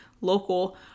local